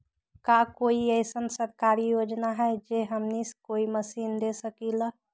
का कोई अइसन सरकारी योजना है जै से हमनी कोई मशीन ले सकीं ला?